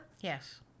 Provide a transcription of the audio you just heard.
yes